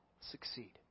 succeed